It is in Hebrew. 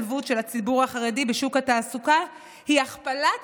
השתלבות של הציבור החרדי בשוק התעסוקה היא הכפלת